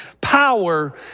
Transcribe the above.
power